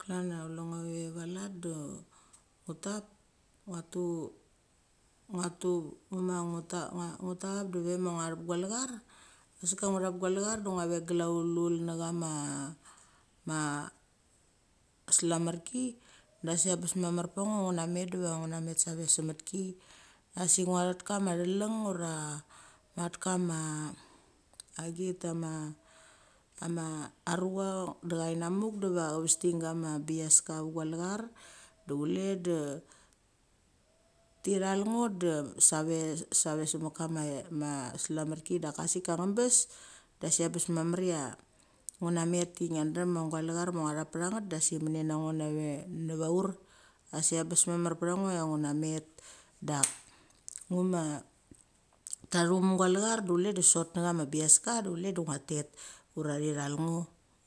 Klan cha kule ngo ve valet de ngu tep ngua tu, ngua tu, ngua ma ngu tep de ve ma ngo thep gua lech a sik ka ngu thep guia lechar de ngo ve glaulul nechama ma selamarki, de sik abes mamar pecha ngo changu na met diva ngua na met sa ve se mitki. Asik ngo thet kama theleng ura ngia thet kam agit ama, ama a rucha de cha thet i namuk diva chevesding gama bichaska ve gualechar de chule de tethel ngo de sa ve sa ve se mit kama ithik ma selamarki da ka sik ka nabes, de sik a bes mamar cha ngu na met de ngia drem cha gualechar ma ngothep pe cha nget de sik menem na ngo nave neva chur, a sik abes mamar pecha ngo cha ngo na met. Dak ngu ma tathu mek gualechar de chule de sot na chama bichaska du chule du ngia tet. Ura thi thal ngo.